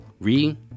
Re